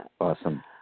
Awesome